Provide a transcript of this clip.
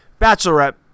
bachelorette